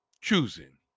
choosing